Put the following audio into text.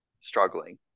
struggling